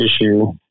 issue